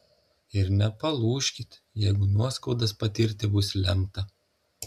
ir nepalūžkit jeigu nuoskaudas patirti bus lemta